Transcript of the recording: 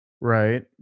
Right